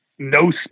No